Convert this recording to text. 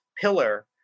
pillar